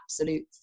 absolute